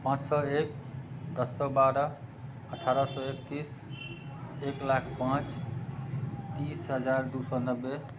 पाँच सए एक दश सए बारह अठारह सए एकैस एक लाख पाँच तीस हजार दू सए नबे